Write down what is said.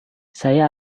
saya